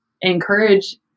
encourage